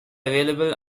available